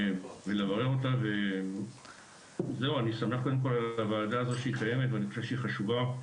אני שמח שהוועדה קיימת ואני חושב שהיא חשובה,